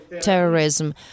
terrorism